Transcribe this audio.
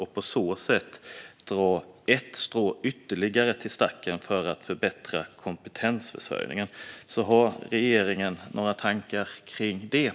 Det vore ett sätt att dra ytterligare ett strå till stacken i arbetet med att förbättra kompetensförsörjningen. Har statsrådet och regeringen några tankar kring detta?